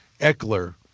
Eckler